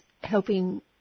helping